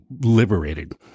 liberated